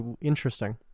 Interesting